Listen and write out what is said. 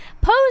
Pose